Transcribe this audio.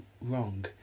wrong